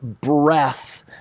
breath